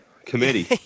committee